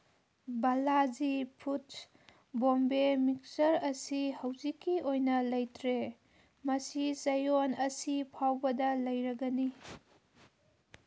Balaji foods Bombay mixture ꯑꯁꯤ ꯍꯧꯖꯤꯛꯀꯤ ꯑꯣꯏꯅ ꯂꯩꯇ꯭ꯔꯦ ꯃꯁꯤ ꯆꯌꯣꯜ ꯑꯁꯤ ꯐꯥꯎꯕꯗ ꯂꯩꯔꯒꯅꯤ